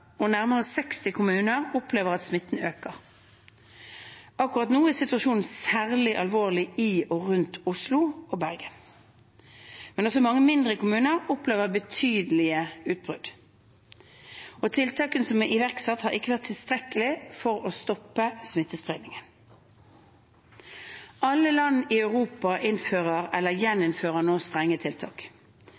og nærmere 60 kommuner opplever at smitten øker. Akkurat nå er situasjonen særlig alvorlig i og rundt Oslo og Bergen, men også mange mindre kommuner opplever betydelige utbrudd. Tiltakene som er iverksatt, har ikke vært tilstrekkelige for å stoppe smittespredningen. Alle land i Europa innfører eller gjeninnfører nå strenge tiltak.